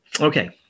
Okay